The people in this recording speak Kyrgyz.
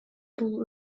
бул